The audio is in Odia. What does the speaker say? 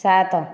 ସାତ